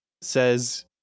says